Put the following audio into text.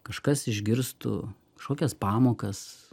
kažkas išgirstų kažkokias pamokas